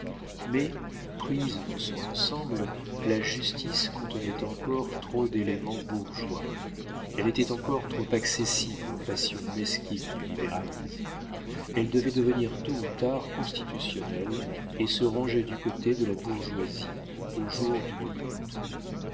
mais prise dans son ensemble la justice contenait encore trop d'éléments bourgeois elle était encore trop accessible aux passions mesquines du libéralisme elle devait devenir tôt ou tard constitutionnelle et se ranger du côté de la bourgeoisie au jour d'une lutte